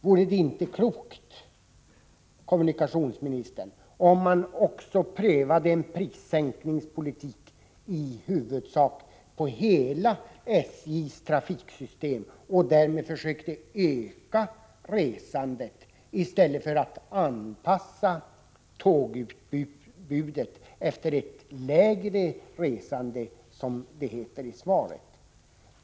Vore det inte klokt, kommunikationsministern, om man också prövade en prissänkningspolitik på i huvudsak hela SJ:s trafiksystem och därmed försökte öka resandet i stället för att anpassa tågutbudet efter ett lägre resande, som det heter i svaret?